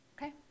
Okay